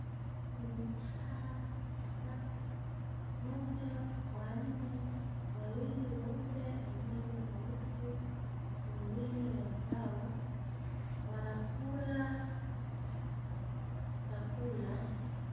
Kwenye jaha la takataka ngombe wanne, wawili weupe, mmoja mweusi mwengine wa brown wanakula chakula.